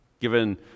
given